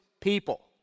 people